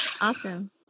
Awesome